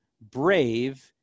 brave